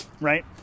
right